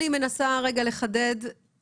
אם לא עשיתם וזה נראה כמו קו שהוא נכון להמשיך בו,